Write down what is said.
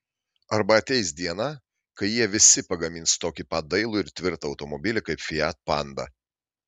arba ateis diena kai jie visi pagamins tokį pat dailų ir tvirtą automobilį kaip fiat panda